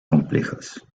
complejas